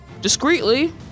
discreetly